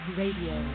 radio